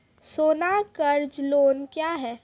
सोना कर्ज लोन क्या हैं?